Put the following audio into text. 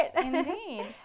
Indeed